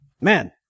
man